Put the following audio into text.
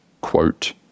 quote